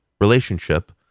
relationship